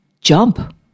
jump